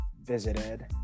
visited